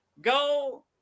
Go